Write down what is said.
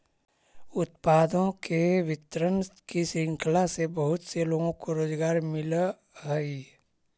उत्पादों के वितरण की श्रृंखला से बहुत से लोगों को रोजगार मिलअ हई